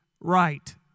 right